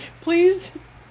Please